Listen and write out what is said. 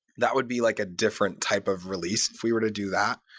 that would be like a different type of release if we were to do that.